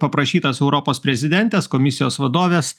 paprašytas europos prezidentės komisijos vadovės